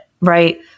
right